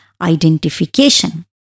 identification